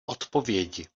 odpovědi